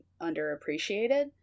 underappreciated